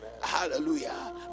Hallelujah